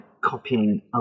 copying